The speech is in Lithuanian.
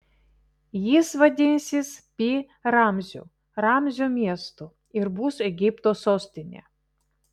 jis vadinsis pi ramziu ramzio miestu ir bus egipto sostinė